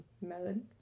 melon